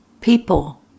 People